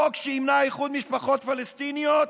חוק שימנע איחוד משפחות פלסטיניות?